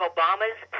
Obama's